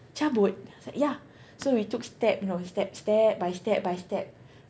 cabut I said ya so we took step you know step step by step by step